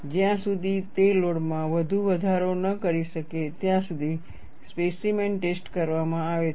જ્યાં સુધી તે લોડ માં વધુ વધારો ન કરી શકે ત્યાં સુધી સ્પેસીમેન ટેસ્ટ કરવામાં આવે છે